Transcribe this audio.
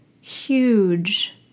huge